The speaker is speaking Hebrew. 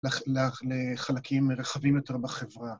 לחלקים רחבים יותר בחברה.